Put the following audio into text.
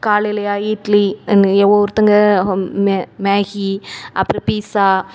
காலையிலையா இட்லி இங்கே ஒவ்வொருத்தங்க home Maggi அப்புறம் பீட்ஸா